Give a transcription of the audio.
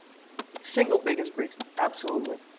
single biggest reason, absolutely.